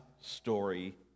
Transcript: story